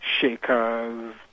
shakers